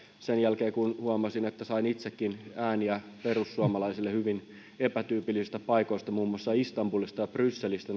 sen jälkeen kun huomasin että sain itsekin ääniä perussuomalaisille hyvin epätyypillisistä paikoista muun muassa istanbulista ja brysselistä